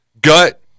gut